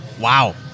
Wow